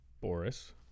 Boris